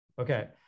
Okay